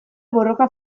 borroka